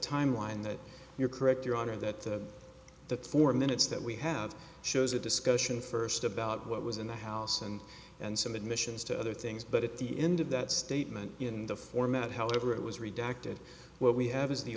timeline that you're correct your honor that that four minutes that we have shows a discussion first about what was in the house and and some admissions to other things but at the end of that statement in the format however it was redacted what we have is the